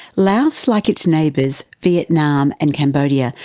laos, like its neighbours vietnam and cambodia,